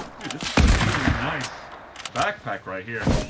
dude, this is a really nice backpack right here.